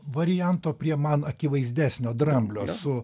varianto prie man akivaizdesnio dramblio su